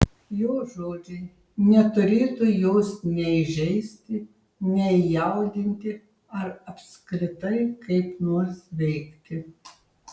jo žodžiai neturėtų jos nei žeisti nei jaudinti ar apskritai kaip nors veikti